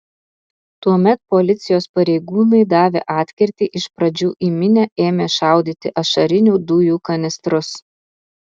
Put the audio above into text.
tuomet policijos pareigūnai davė atkirtį iš pradžių į minią ėmė šaudyti ašarinių dujų kanistrus